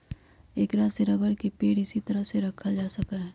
ऐकरा में रबर के पेड़ इसी तरह के रखल जा सका हई